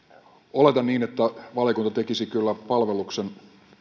oletan niin että valiokunta tekisi kyllä palveluksen